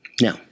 Now